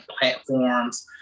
platforms